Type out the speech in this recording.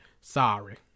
Sorry